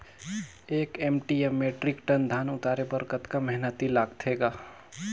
एक एम.टी या metric ton धन उतारे बर कतका मेहनती लगथे ग?